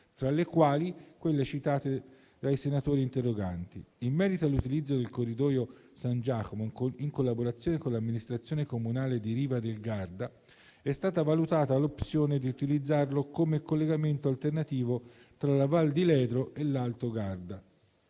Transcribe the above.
tra le quali quelle citate dai senatori interroganti. In merito all'utilizzo del corridoio San Giacomo, in collaborazione con l'amministrazione comunale di Riva del Garda, è stata valutata l'opzione di utilizzarlo come collegamento alternativo tra la Val di Ledro e l'Alto Garda.